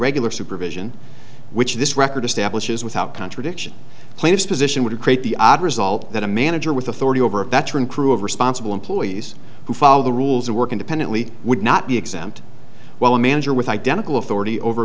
regular supervision which this record establishes without contradiction plaintiff's position would create the odd result that a manager with authority over a veteran crew of responsible employees who follow the rules and work independently would not be exempt while a manager with identical forty over a